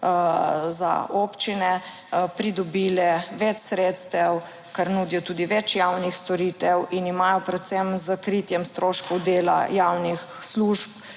za občine pridobile več sredstev, ker nudijo tudi več javnih storitev in imajo predvsem s kritjem stroškov dela javnih služb